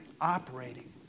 operating